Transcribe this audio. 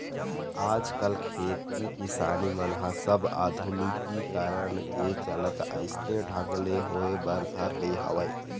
आजकल खेती किसानी मन ह सब आधुनिकीकरन के चलत अइसने ढंग ले होय बर धर ले हवय